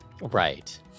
Right